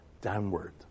downward